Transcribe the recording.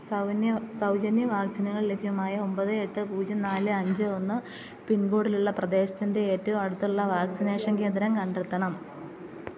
സൗജന്യ വാക്സിനുകൾ ലഭ്യമായ ഒമ്പത് എട്ട് പൂജ്യം നാല് അഞ്ച് ഒന്ന് പിൻ കോഡിലുള്ള പ്രദേശത്തിൻ്റെ ഏറ്റവും അടുത്തുള്ള വാക്സിനേഷൻ കേന്ദ്രം കണ്ടെത്തണം